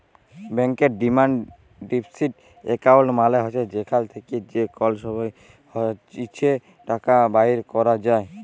ব্যাংকের demand deposit account মালে হছে যেখাল থ্যাকে যে কল সময় ইছে টাকা বাইর ক্যরা যায়